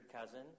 cousin